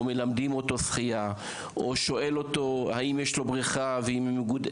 או שמתכוונים ללמד אותו שחייה או אם יש להם בריכה וכו',